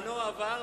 זמנו עבר,